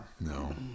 no